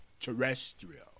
terrestrial